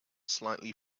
slightly